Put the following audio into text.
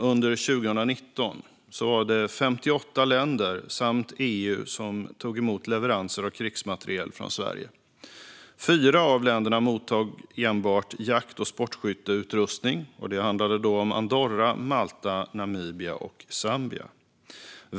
Under 2019 var det 58 länder samt EU som tog emot leveranser av krigsmateriel från Sverige. Fyra av länderna mottog enbart jakt och sportskytteutrustning. Det handlade om Andorra, Malta, Namibia och Zambia.